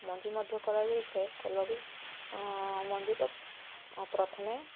ମଞ୍ଜି ମଧ୍ୟ କରାଯାଇଥାଏ କଲମୀ ମଞ୍ଜି ତ ପ୍ରଥମେ